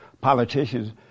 politicians